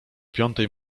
piątej